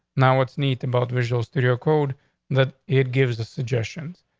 now, what's neat about visual studio code that it gives the suggestions.